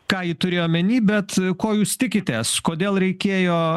ką ji turėjo omeny bet ko jūs tikitės kodėl reikėjo